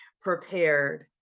prepared